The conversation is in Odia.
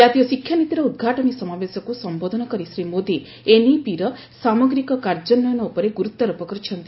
ଜାତୀୟ ଶିକ୍ଷାନୀତିର ଉଦ୍ଘାଟନୀ ସମାବେଶକୁ ସମ୍ଭୋଧନ କରି ଶ୍ରୀ ମୋଦୀ ଏନ୍ଇପିର ସାମଗ୍ରୀକ କାର୍ଯ୍ୟାନ୍ୱୟନ ଉପରେ ଗୁରୁତ୍ୱାରୋପ କରିଛନ୍ତି